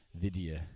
video